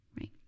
right